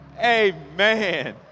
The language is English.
Amen